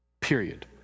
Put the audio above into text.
period